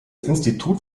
institut